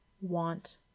want